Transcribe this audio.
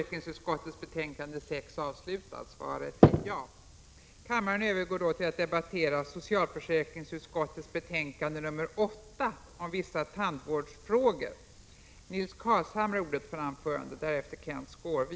Kammaren övergår nu till att debattera socialutskottets betänkande 10 om ändring i reglerna för bidragsförskott och underhållsbidrag.